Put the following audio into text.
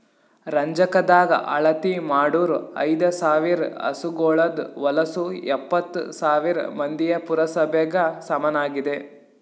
ರಂಜಕದಾಗ್ ಅಳತಿ ಮಾಡೂರ್ ಐದ ಸಾವಿರ್ ಹಸುಗೋಳದು ಹೊಲಸು ಎಪ್ಪತ್ತು ಸಾವಿರ್ ಮಂದಿಯ ಪುರಸಭೆಗ ಸಮನಾಗಿದೆ